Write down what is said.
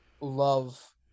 love